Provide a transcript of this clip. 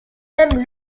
même